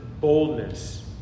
boldness